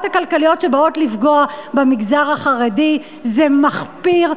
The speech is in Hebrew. הכלכליות שבאות לפגוע במגזר החרדי זה מחפיר,